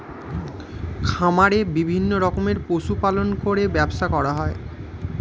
খামারে বিভিন্ন রকমের পশু পালন করে ব্যবসা করা হয়